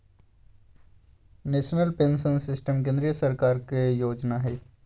national pension system केंद्रीय सरकार के जोजना हइ